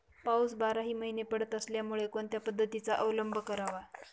पाऊस बाराही महिने पडत असल्यामुळे कोणत्या पद्धतीचा अवलंब करावा?